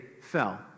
fell